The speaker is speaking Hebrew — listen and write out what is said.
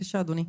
בבקשה אדוני.